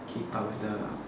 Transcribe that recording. keep up with the